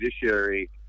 judiciary